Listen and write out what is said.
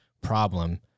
problem